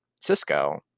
Cisco